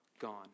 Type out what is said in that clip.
gone